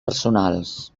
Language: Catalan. personals